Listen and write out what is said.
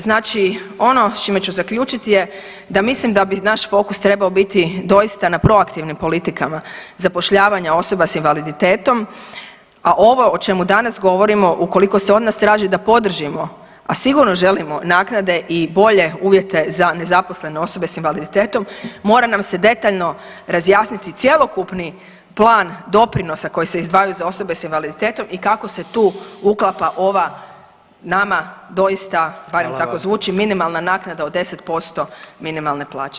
Znači ono s čime ću zaključiti je da mislim da bi naš fokus trebao biti doista na proaktivnim politikama zapošljavanja osoba s invaliditetom, a ovo o čemu danas govorimo ukoliko se od nas traži da podržimo, a sigurno želimo naknade i bolje uvjete za nezaposlene osobe s invaliditetom mora nam se detaljno razjasniti cjelokupni plan doprinosa koji se izdvajaju za osobe s invaliditetom i kako se tu uklapa ova nama doista barem tako zvuči [[Upadica: Hvala vam.]] minimalna naknada od 10% minimalne plaće.